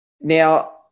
now